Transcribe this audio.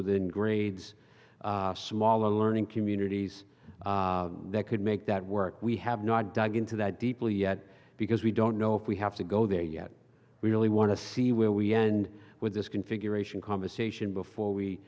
within grades smaller learning communities that could make that work we have not dug into that deeply yet because we don't know if we have to go there yet we really want to see where we end with this configuration conversation before we